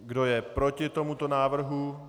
Kdo je proti tomuto návrhu?